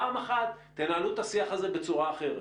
פעם אחת תנהלו את השיח הזה בצורה אחרת.